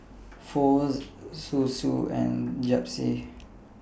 Pho Zosui and Japchae